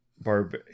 Barb